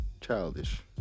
Childish